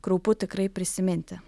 kraupu tikrai prisiminti